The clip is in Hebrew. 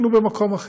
היינו במקום אחר,